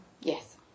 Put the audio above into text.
Yes